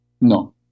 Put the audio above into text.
no